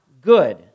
good